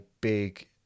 big